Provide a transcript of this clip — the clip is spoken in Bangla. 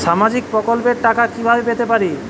সামাজিক প্রকল্পের টাকা কিভাবে পেতে পারি?